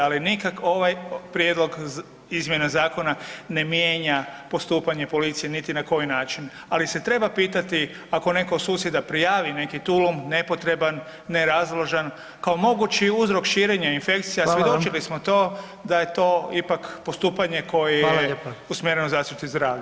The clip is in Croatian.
Ali ovaj prijedlog izmjena zakona ne mijenja postupanje policije niti na koji način, ali se treba pitati ako netko od susjeda prijavi neki tulum, nepotreban, nerazložan kao mogući uzrok širenja infekcija, [[Upadica predsjednik: Hvala vam lijepa.]] svjedoči smo to da je to ipak postupanje koje je usmjereno zaštiti zdravlja.